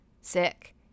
sick